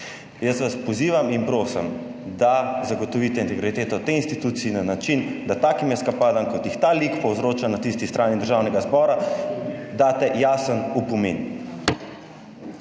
Jaz vas pozivam in prosim, da zagotovite integriteto te institucije na način, da za take eskapade, kot jih ta lik povzroča na tisti strani državnega zbora, daste jasen opomin.